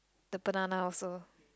the banana also